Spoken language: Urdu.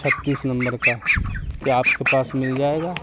چھتیس نمبر کا کیا آپ کے پاس مل جائے گا